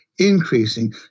increasing